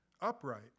upright